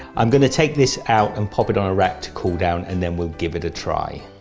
i'm going to take this out and pop it on a rack to cool down and then we'll give it a try.